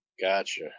Gotcha